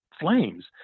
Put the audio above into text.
flames